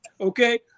okay